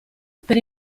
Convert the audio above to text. per